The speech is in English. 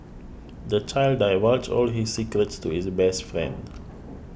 the child divulged all his secrets to his best friend